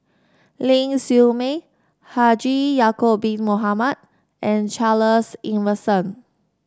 Ling Siew May Haji Ya'acob Bin Mohamed and Charles Emmerson